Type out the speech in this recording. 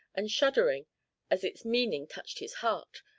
and shuddering as its meaning touched his heart,